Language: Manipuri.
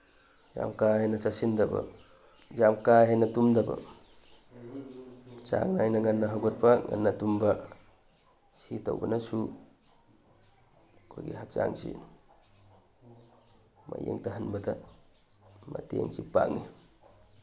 ꯌꯥꯝ ꯀꯥ ꯍꯦꯟꯅ ꯆꯥꯁꯤꯟꯗꯕ ꯌꯥꯝ ꯀꯥ ꯍꯦꯟꯅ ꯇꯨꯝꯗꯕ ꯆꯥꯡ ꯅꯥꯏꯅ ꯉꯟꯅ ꯍꯧꯒꯠꯄ ꯉꯟꯅ ꯇꯨꯝꯕ ꯁꯤ ꯇꯧꯕꯅꯁꯨ ꯑꯩꯈꯣꯏꯒꯤ ꯍꯛꯆꯥꯡꯁꯤ ꯃꯌꯦꯡ ꯇꯥꯍꯟꯕꯗ ꯃꯇꯦꯡꯁꯨ ꯄꯥꯡꯉꯤ